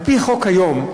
על-פי החוק כיום,